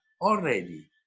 already